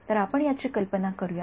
तर आपण याची कल्पना करूया